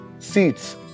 seats